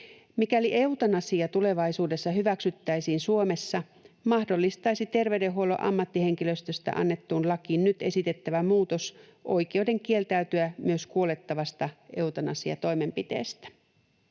Mikäli eutanasia tulevaisuudessa hyväksyttäisiin Suomessa, mahdollistaisi terveydenhuollon ammattihenkilöstöstä annettuun lakiin nyt esitettävä muutos oikeuden kieltäytyä myös kuolettavasta eutanasiatoimenpiteestä.